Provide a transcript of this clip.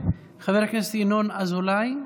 חבר הכנסת ינון אזולאי,